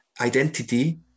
identity